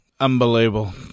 unbelievable